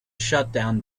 shutdown